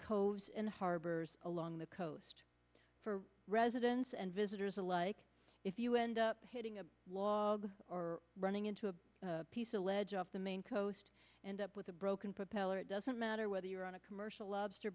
codes and harbors along the coast for residents and visitors alike if you end up hitting log or running into a piece a ledge of the main coast and up with a broken propeller it doesn't matter whether you're on a commercial lobster